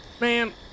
Man